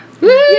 Woo